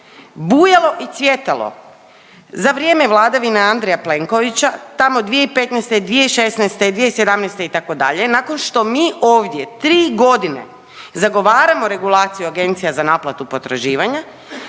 bujalo i cvjetalo za vrijeme vladavine Andreja Plenkovića tamo 2015., 2016. i 2017. itd., nakon što mi ovdje 3.g. zagovaramo regulaciju Agencija za naplatu potraživanja,